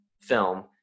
film